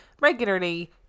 Regularly